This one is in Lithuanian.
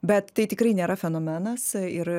bet tai tikrai nėra fenomenas a ir